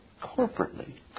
corporately